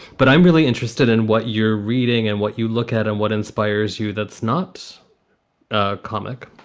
but i'm really interested in what you're reading and what you look at and what inspires you. that's not ah comic